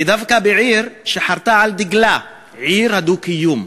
ודווקא בעיר שחרתה על דגלה: עיר הדו-קיום,